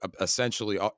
essentially